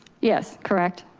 yes, correct.